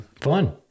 fun